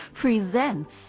presents